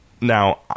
Now